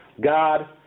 God